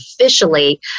officially